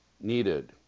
needed